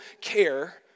care